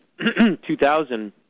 2000